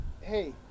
hey